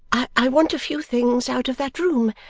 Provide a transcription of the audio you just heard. i want a few things out of that room,